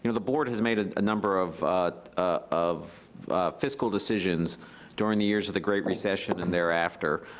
you know the board has made a number of of fiscal decisions during the years of the great recession and thereafter,